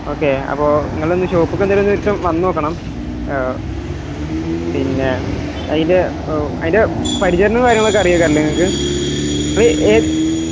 okay അപ്പോള് നിങ്ങളൊന്ന് ഷോപ്പിലേക്ക് എന്തായാലും ഒരു വട്ടം വന്നുനോക്കണം പിന്നെ അതിൻ്റെ അതിൻ്റെ പരിചരണവും കാര്യങ്ങളുമൊക്കെ അറിയുമായിരിക്കുമല്ലേ നിങ്ങള്ക്ക് ഏത്